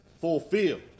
fulfilled